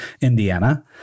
Indiana